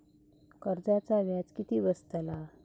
कर्जाचा व्याज किती बसतला?